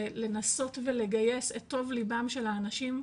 לנסות ולגייס את טוב ליבם של האנשים,